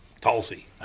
Tulsi